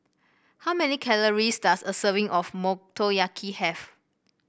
how many calories does a serving of Motoyaki have